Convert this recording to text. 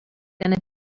gonna